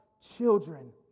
children